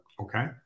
okay